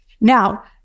Now